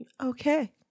Okay